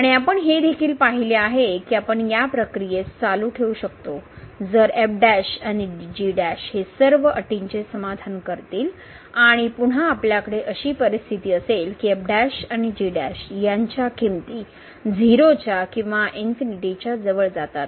आणि आपण हे देखील पाहिले आहे की आपण या प्रक्रियेस चालू ठेवू शकतो जर आणि हे सर्व अटीचे समाधान करतील आणि पुन्हा आपल्याकडे अशी परिस्थिती असेल की आणि 0 च्या किंवा इन्फिनिटीच्या जवळ जातात